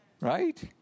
right